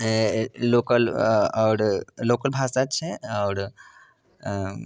अऽ लोकल अऽ आओर लोकल भाषा छै आओर अऽ